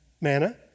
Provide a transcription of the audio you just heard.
Manna